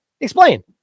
Explain